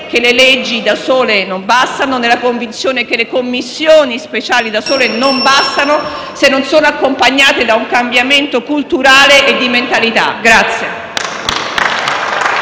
che le leggi da sole non bastano, nella convinzione che le Commissioni speciali da sole non bastano, se non sono accompagnate da un cambiamento culturale e di mentalità.